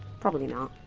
probably not.